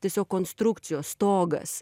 tiesiog konstrukcijos stogas